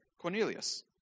Cornelius